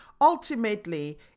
Ultimately